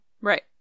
right